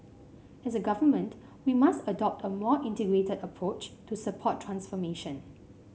as a Government we must adopt a more integrated approach to support transformation